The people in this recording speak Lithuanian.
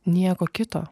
nieko kito